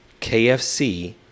KFC